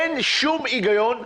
אין שום הגיון.